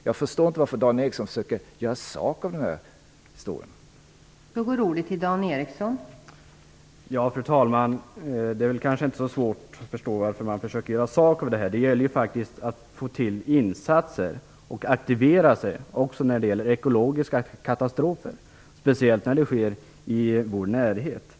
Jag förstår inte varför Dan Ericsson försöker göra sak av den här historien.